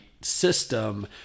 system